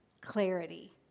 clarity